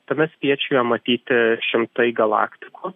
tame spiečiuje matyti šimtai galaktikų